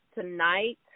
tonight